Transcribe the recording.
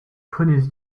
prenez